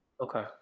Okay